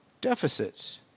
deficits